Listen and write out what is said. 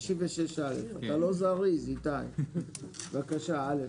אתה לא זריז איתי, בבקשה, (א).